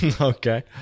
Okay